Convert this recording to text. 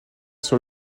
sur